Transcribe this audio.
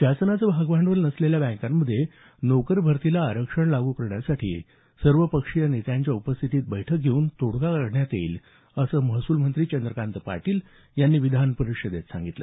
शासनाचं भागभांडवल नसलेल्या बँकामध्ये नोकर भरतीला आरक्षण लाग्र करण्यासाठी सर्वपक्षीय नेत्यांच्या उपस्थितीत बैठक घेऊन तोडगा काढण्यात येईल असं महसूलमंत्री चंद्रकांत पाटील यांनी विधान परिषदेत सांगितलं